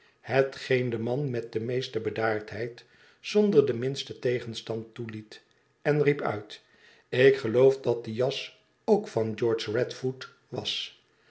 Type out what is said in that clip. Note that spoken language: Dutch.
hetgeen de man met de meeste bedaardheid zonder den minsten tegenstand toeliet en riep uit lk geloof dat die jas ook van george radfoot was